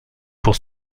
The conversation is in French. pour